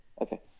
Okay